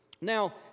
Now